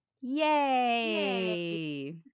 Yay